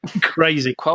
crazy